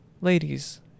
ladies